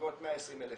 בסביבות 120,000 איש,